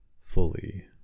fully